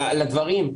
לדברים?